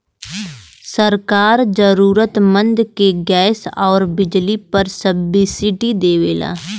सरकार जरुरतमंद के गैस आउर बिजली पर सब्सिडी देवला